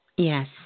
Yes